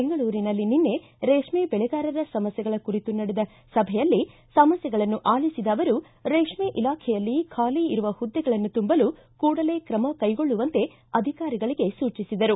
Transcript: ಬೆಂಗಳೂರಿನಲ್ಲಿ ನಿನ್ನೆ ರೇಷ್ನ ಬೆಳೆಗಾರರ ಸಮಸ್ಥೆಗಳ ಕುರಿತು ನಡೆದ ಸಭೆಯಲ್ಲಿ ಅವರ ಸಮಸ್ಥೆಗಳನ್ನು ಆಲಿಸಿದ ಅವರು ರೇಷ್ನೆ ಇಲಾಖೆಯಲ್ಲಿ ಖಾಲಿ ಇರುವ ಹುದ್ದೆಗಳನ್ನು ತುಂಬಲು ಕೂಡಲೇ ಕ್ರಮ ಕ್ಕೆಗೊಳ್ಳುವಂತೆ ಅಧಿಕಾರಿಗಳಿಗೆ ಸೂಚಿಸಿದರು